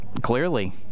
Clearly